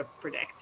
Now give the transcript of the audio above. predict